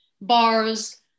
bars